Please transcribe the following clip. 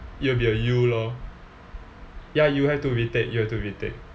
it'll be a U lor ya you have to retake you have to retake